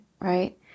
right